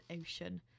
Ocean